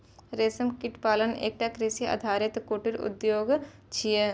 रेशम कीट पालन एकटा कृषि आधारित कुटीर उद्योग छियै